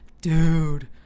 dude